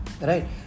Right